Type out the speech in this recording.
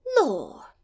Law